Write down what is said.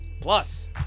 plus